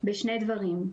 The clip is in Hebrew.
בשני דברים.